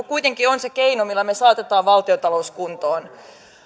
kuitenkin on se keino millä me saatamme valtiontalouden kuntoon